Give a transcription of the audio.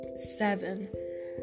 seven